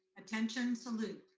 attention, salute.